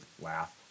laugh